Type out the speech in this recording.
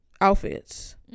outfits